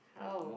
how